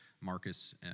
Marcus